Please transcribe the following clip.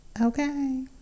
okay